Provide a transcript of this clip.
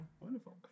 Wonderful